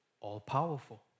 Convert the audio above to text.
all-powerful